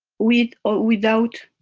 with or without,